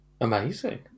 Amazing